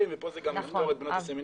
ופה זה גם יפתור את בנות הסמינרים.